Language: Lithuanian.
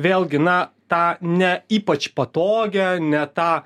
vėlgi na tą ne ypač patogią ne tą